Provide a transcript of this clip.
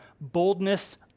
boldness